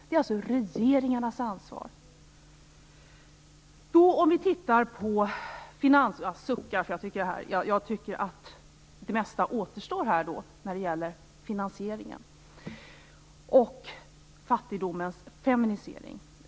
Jag suckar, därför att jag tycker att det mesta återstår när det gäller finansieringen och fattigdomens feminisering.